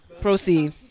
proceed